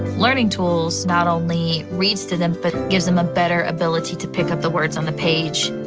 learning tools not only reads to them but gives them a better ability to pick up the words on the page.